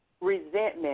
resentment